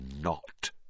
not